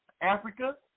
Africa